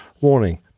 Warning